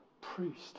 priest